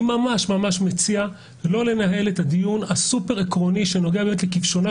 אני ממש מציע לא לנהל את הדיון הסופר עקרוני שנוגע למדינת